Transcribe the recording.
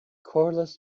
cordless